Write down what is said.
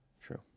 True